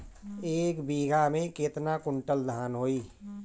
एक बीगहा में केतना कुंटल धान होई?